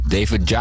David